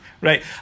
Right